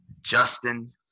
Justin